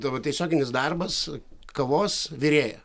tavo tiesioginis darbas kavos virėja